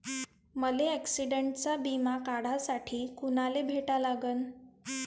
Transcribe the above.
मले ॲक्सिडंटचा बिमा काढासाठी कुनाले भेटा लागन?